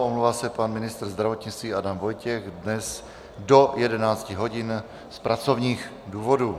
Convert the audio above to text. Omlouvá se pan ministr zdravotnictví Adam Vojtěch dnes do 11 hodin z pracovních důvodů.